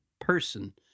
person—